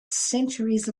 centuries